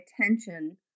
attention